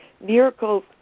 Miracles